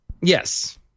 Yes